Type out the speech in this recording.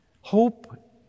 Hope